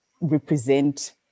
represent